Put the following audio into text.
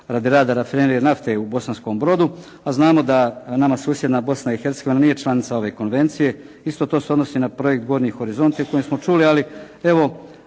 radi rada Rafinerije nafte u Bosanskom Brodu, a znamo da nama susjedna Bosna i Hercegovina nije članica ove Konvencije. Isto to se odnosi na projekt “Gornji horizonti“ o kojem smo čuli, ali evo